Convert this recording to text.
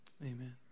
Amen